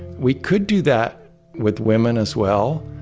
we could do that with women, as well,